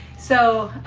so,